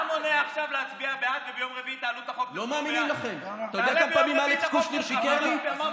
בעיניי אתה עושה סיבוב על החיילים.